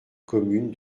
commune